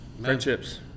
friendships